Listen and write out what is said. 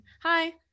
hi